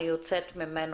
אני יוצאת ממנו.